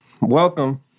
welcome